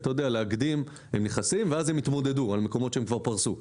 להקדים ואז הם יתמודדו על מקומות שהם כבר פרסו.